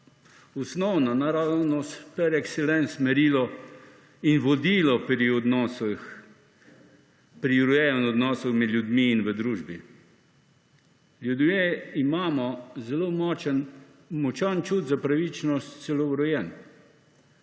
osnovna, naravnost par excellence merilo in vodilo pri urejanju odnosov med ljudmi in v družbi. Ljudje imamo zelo močan čut za pravičnost celo urejen,